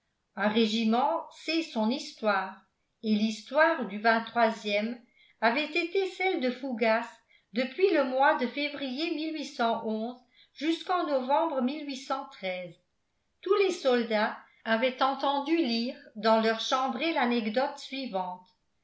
un régiment sait son histoire et l'histoire du ème avait été celle de fougas depuis le mois de février jusqu'en novembre tous les soldats avaient entend lire dans leurs chambrées l'anecdote suivante